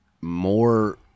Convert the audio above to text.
more